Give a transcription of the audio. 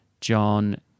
John